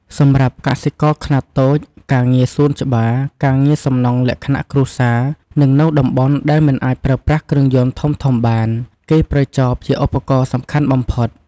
សម្រាប់កសិករខ្នាតតូច ការងារសួនច្បារ ការងារសំណង់លក្ខណៈគ្រួសារ និងនៅតំបន់ដែលមិនអាចប្រើប្រាស់គ្រឿងយន្តធំៗបាន គេប្រើចបជាឧបករណ៍សំខាន់បំផុត។